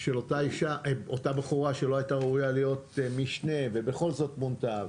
של אותה בחורה שלא הייתה ראויה להיות משנה ובכל זאת מונתה,